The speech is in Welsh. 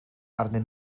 arnyn